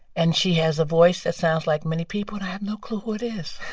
and she has a voice that sounds like many people. and i have no clue who it is